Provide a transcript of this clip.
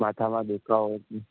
માથામાં દુખાવો